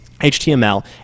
html